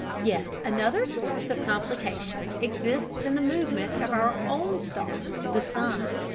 yet another source of complication exists in the movement of our own star, the sun.